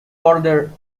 border